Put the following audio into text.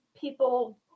people